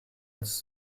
its